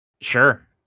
sure